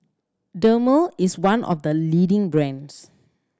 Dermale is one of the leading brands